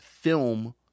film